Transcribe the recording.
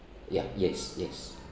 ya yes yes